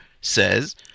says